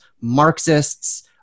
Marxists